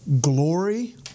glory